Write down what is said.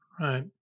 Right